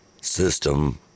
system